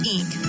Inc